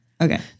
Okay